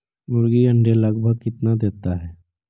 मुर्गी के अंडे लगभग कितना देता है?